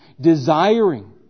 desiring